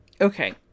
Okay